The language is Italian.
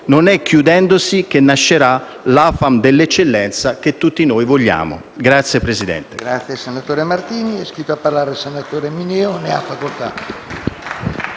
Non è chiudendosi che nascerà l'AFAM dell'eccellenza che tutti noi vogliamo. *(Applausi